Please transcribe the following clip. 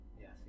Yes